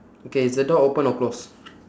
okay is the door open or close